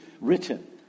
written